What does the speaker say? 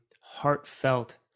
Heartfelt